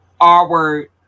R-word